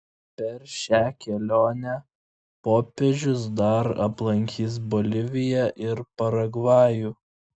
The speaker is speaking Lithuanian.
per šią kelionę popiežius dar aplankys boliviją ir paragvajų